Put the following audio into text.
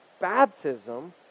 Baptism